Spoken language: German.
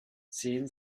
sehen